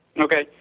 Okay